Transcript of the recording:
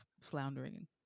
floundering